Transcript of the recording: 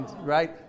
right